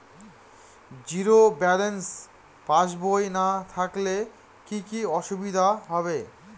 Zero balance passbook না থাকলে কি কী অসুবিধা হবে?